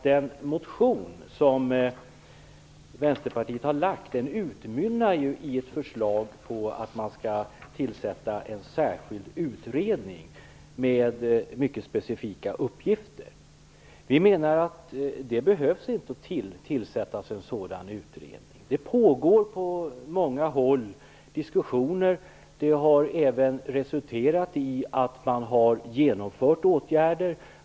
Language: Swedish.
Den motion som Vänsterpartiet har väckt utmynnar i ett förslag om att man skall tillsätta en särskild utredning med mycket specifika uppgifter. Vi menar att det inte behöver tillsättas en sådan utredning. Diskussioner pågår på många håll. De har även resulterat i att man har genomfört åtgärder.